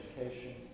education